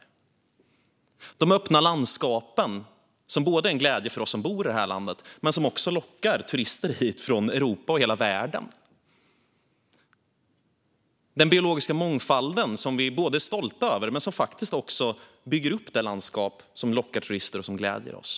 Det handlar om de öppna landskapen, som både är en glädje för oss som bor i det här landet och som lockar turister hit från Europa och hela världen. Det handlar om den biologiska mångfalden, som vi är både stolta över och som bygger upp det landskap som lockar turister och som gläder oss.